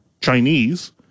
Chinese